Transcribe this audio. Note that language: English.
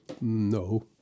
No